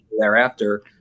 Thereafter